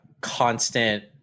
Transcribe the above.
constant